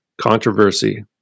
controversy